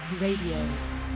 Radio